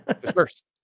dispersed